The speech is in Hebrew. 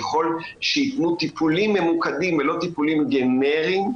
ככל שייתנו טיפולים ממוקדים ולא טיפולים גנריים,